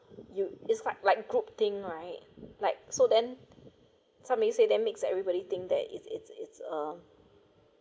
it's quite like group thing right like so then somebody say that makes everybody think that it's it's it's uh